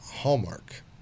Hallmark